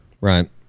Right